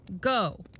Go